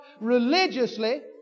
religiously